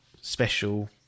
special